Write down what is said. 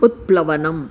उत्प्लवनम्